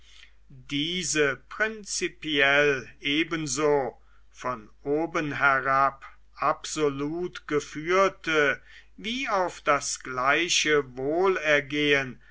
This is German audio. diese prinzipiell ebenso von oben herab absolut geführte wie auf das gleiche wohlergehen